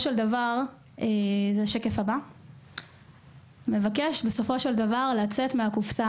אנחנו מבקשים לצאת מהקופסה.